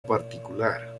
particular